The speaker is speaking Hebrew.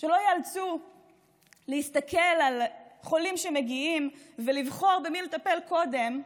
כדי שלא ייאלצו להסתכל על חולים שמגיעים ולבחור במי לטפל קודם,